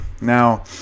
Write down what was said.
Now